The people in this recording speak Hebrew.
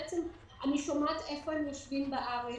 אני שומעת איפה הם יושבים בארץ.